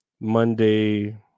monday